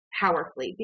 powerfully